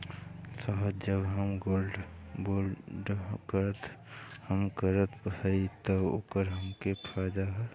साहब जो हम गोल्ड बोंड हम करत हई त ओकर हमके का फायदा ह?